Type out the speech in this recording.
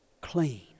clean